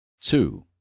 Two